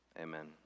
Amen